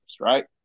right